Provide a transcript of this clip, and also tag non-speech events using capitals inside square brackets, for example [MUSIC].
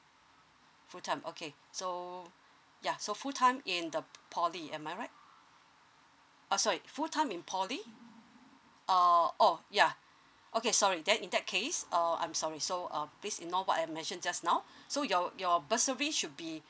full time okay so ya so full time in the poly am I right uh sorry full time in poly or orh ya okay sorry then in that case oh I'm sorry so uh please ignore what I mentioned just now [BREATH] so your your bursary should be